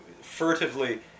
furtively